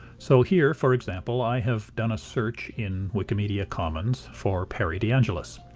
so here, for example, i have done a search in wikimedia commons for perry deangelis.